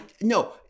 no